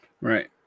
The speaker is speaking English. Right